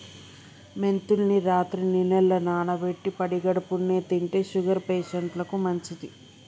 మెంతుల్ని రాత్రి నీళ్లల్ల నానబెట్టి పడిగడుపున్నె తింటే షుగర్ పేషంట్లకు మంచిది